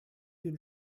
den